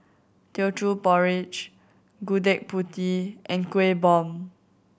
Teochew Porridge Gudeg Putih and Kueh Bom